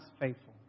faithful